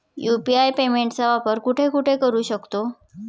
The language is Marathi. यु.पी.आय पेमेंटचा वापर कुठे कुठे करू शकतो?